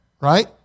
right